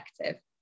collective